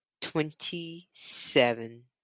twenty-seven